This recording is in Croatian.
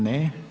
Ne.